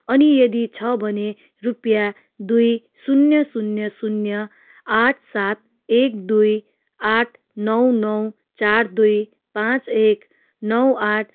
अनि यदि छ भने रुपियाँ दुई शून्य शून्य शून्य आठ सात एक दुई आठ नौ नौ चार दुई पाँच एक नौ आठ